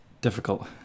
difficult